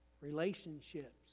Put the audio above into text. relationships